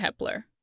Hepler